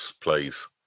please